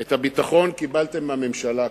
את הביטחון קיבלתם מהממשלה הקודמת.